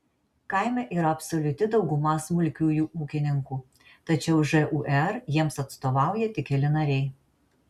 kaime yra absoliuti dauguma smulkiųjų ūkininkų tačiau žūr jiems atstovauja tik keli nariai